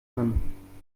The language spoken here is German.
kann